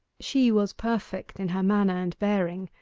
she was perfect in her manner and bearing,